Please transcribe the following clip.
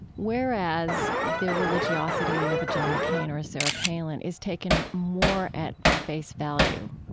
whereas, the religiosity of a john mccain or a sarah palin is taken more at face value.